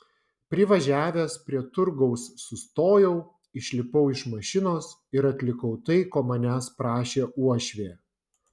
privažiavęs prie turgaus sustojau išlipau iš mašinos ir atlikau tai ko manęs prašė uošvė